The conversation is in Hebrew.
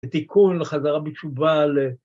תיקון לחזרה בתשובה ל...